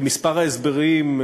כמספר ההסברים,